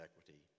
equity